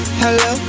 hello